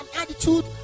attitude